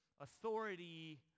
authority